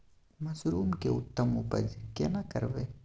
Mushroom के उत्तम उपज केना करबै?